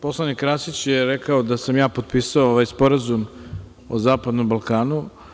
Poslanik Krasić je rekao da sam ja potpisao ovaj Sporazum o zapadnom Balkanu.